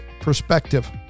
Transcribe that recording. perspective